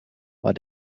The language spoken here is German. war